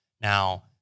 Now